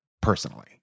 personally